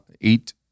eight